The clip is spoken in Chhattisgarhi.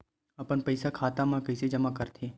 अपन पईसा खाता मा कइसे जमा कर थे?